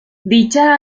dicha